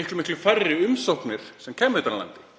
miklu færri umsóknir sem kæmu utan af landi.